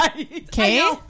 Okay